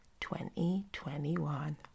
2021